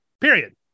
period